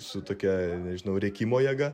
su tokia nežinau rėkimo jėga